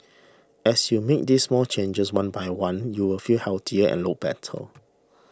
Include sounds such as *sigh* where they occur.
as you make these small changes one by one you will feel healthier and look better *noise*